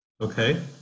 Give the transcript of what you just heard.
Okay